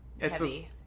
heavy